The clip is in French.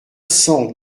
cent